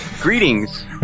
Greetings